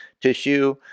tissue